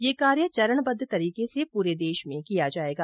यह कार्य चरणबद्ध तरीके से पूरे देश में किया जाएगा